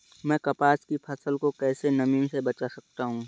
मैं कपास की फसल को कैसे नमी से बचा सकता हूँ?